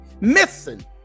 missing